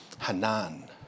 Hanan